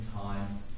time